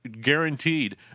guaranteed